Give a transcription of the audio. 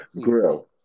Grill